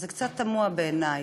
וזה קצת תמוה בעיני.